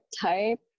type